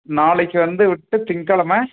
நாளைக்கு வந்து விட்டு திங்கக்கிழம